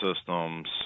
systems